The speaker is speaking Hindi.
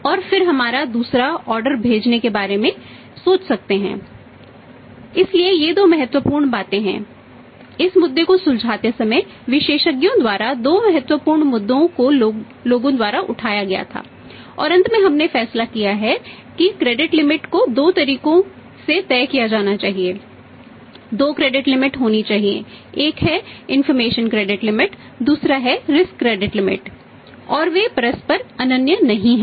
और फिर हम दूसरा ऑर्डर और वे परस्पर अनन्य नहीं हैं